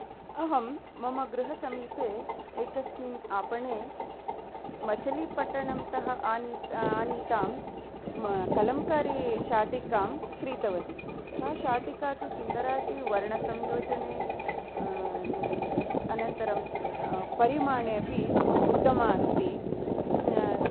अहं मम गृहसमीपे एकस्मिन् आपणे मछिलीपट्टनम् तः आनीत आनीतां कलंकरीशाटिकां कृतवती सा शाटिका तु सुन्दरा अस्ति वर्णसंयोजने अनन्तरं परिमाणे अपि उत्तमा अस्ति